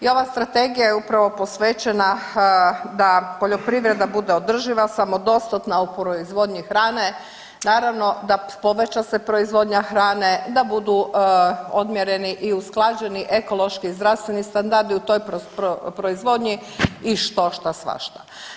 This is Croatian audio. I ova strategija je upravo posvećena da poljoprivreda bude održiva, samodostatna u proizvodnji hrane, naravno da poveća se proizvodnja hrane, da budu odmjereni i usklađeni ekološki i zdravstveni standardi u toj proizvodnji i štošta svašta.